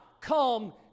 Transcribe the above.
come